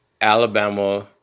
Alabama